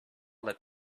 that